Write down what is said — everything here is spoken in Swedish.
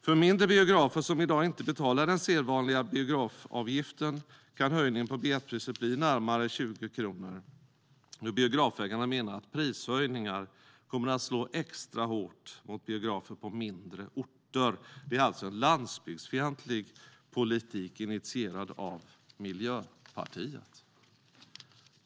För mindre biografer, som i dag inte betalar den sedvanliga biografavgiften, kan höjningen på biljettpriset bli närmare 20 kronor. Biograf-ägarna menar att prishöjningar kommer att slå extra hårt mot biografer på mindre orter. Det är alltså en landsbygdsfientlig politik, initierad av Miljöpartiet.